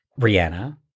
Rihanna